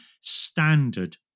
standard